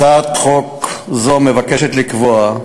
הצעת חוק זו מבקשת לקבוע,